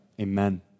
amen